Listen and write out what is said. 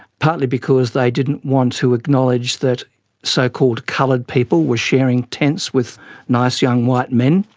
partly because they didn't want to acknowledge that so-called coloured people were sharing tents with nice young white men.